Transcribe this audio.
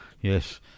Yes